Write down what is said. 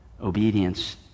Obedience